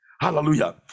Hallelujah